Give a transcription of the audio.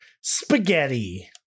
spaghetti